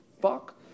fuck